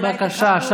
בבקשה,